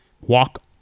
walk